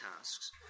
tasks